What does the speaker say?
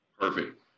Perfect